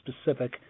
specific